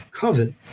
Covet